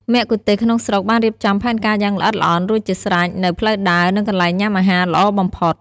មគ្គុទ្ទេសក៍ក្នុងស្រុកបានរៀបចំផែនការយ៉ាងល្អិតល្អន់រួចជាស្រេចនូវផ្លូវដើរ និងកន្លែងញ៉ាំអាហារល្អបំផុត